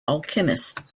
alchemist